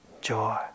joy